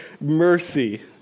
mercy